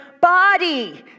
body